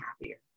happier